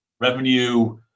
Revenue